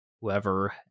whoever